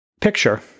picture